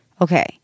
Okay